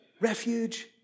refuge